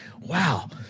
Wow